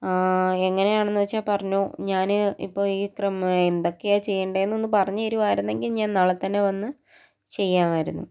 എങ്ങനെയാണെന്ന് വെച്ചാൽ പറഞ്ഞു ഞാൻ ഇപ്പോൾ ഈ ക്രമം എന്തൊക്കെയാണ് ചെയ്യേണ്ടതെന്ന് പറഞ്ഞ് തരുമായിരുന്നെങ്കിൽ ഞാൻ നാളെ തന്നെ വന്ന് ചെയ്യാമായിരുന്നു